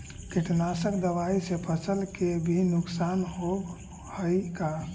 कीटनाशक दबाइ से फसल के भी नुकसान होब हई का?